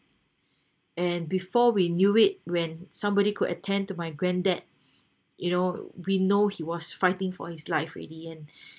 and before we knew it when somebody could attend to my granddad you know we know he was fighting for his life already and